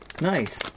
Nice